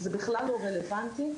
זה בכלל לא רלוונטי,